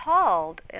called